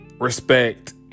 respect